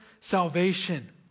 salvation